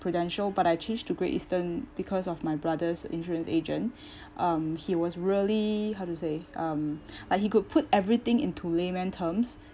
prudential but I change to great eastern because of my brother's insurance agent um he was really how to say um like he could put everything into layman terms